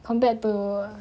compared to